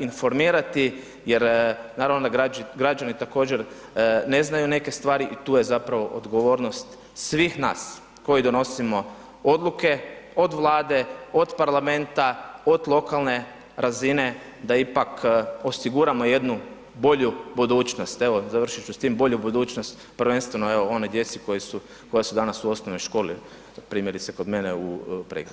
informirati jer naravno da građani također ne znaju neke stvari i tu je zapravo odgovornost svih nas koji donosimo odluke, od Vlade, od parlamenta, od lokalne razine da ipak osiguramo jednu bolju budućnost, evo završit ću s tim, bolju budućnost prvenstveno evo onoj djeci koja su dana u osnovnoj školi primjerice kod mene u Pregradi.